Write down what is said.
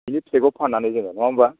बिनि फिथायखौ फाननानै जोङो नङा होनब्ला